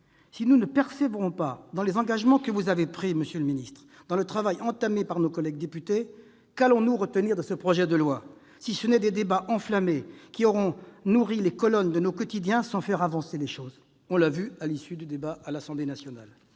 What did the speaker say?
Si nous ne persévérons pas dans les engagements que vous avez pris, monsieur le ministre, et dans le travail entamé par nos collègues députés, on ne retiendra de ce projet de loi que des débats enflammés, qui auront nourri les colonnes des quotidiens sans faire avancer les choses, comme cela a été le cas à l'issue du débat à l'Assemblée nationale.